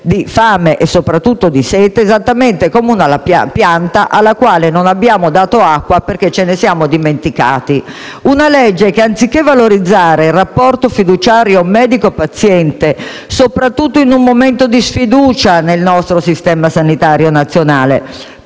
di fame e soprattutto di sette, esattamente come una pianta cui non abbiamo dato acqua perché ce ne siamo dimenticati. Si tratta di una legge che anziché valorizzare il rapporto fiduciario tra medico e paziente (soprattutto in un momento di sfiducia nel nostro Sistema sanitario nazionale